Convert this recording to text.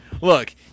Look